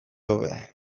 hobe